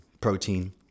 protein